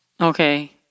Okay